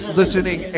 listening